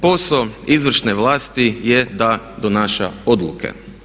Posao izvršne vlasti je da donaša odluke.